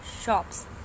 shops